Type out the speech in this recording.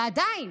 ועדיין,